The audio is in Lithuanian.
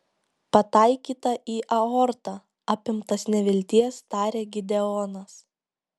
pataikyta į aortą apimtas nevilties tarė gideonas